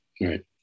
Right